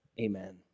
amen